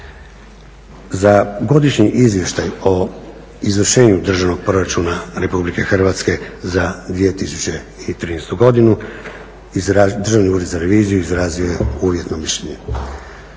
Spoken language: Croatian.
Za Godišnji izvještaj o izvršenju Državnog proračuna RH za 2013. godinu Državni ured za reviziju izrazio je uvjetno mišljenje.